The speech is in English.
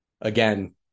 again